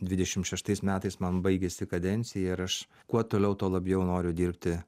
dvidešim šeštais metais man baigiasi kadencija ir aš kuo toliau tuo labiau noriu dirbti